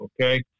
okay